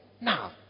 now